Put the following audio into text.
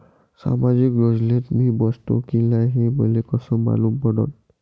सामाजिक योजनेत मी बसतो की नाय हे मले कस मालूम पडन?